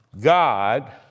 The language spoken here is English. God